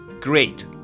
great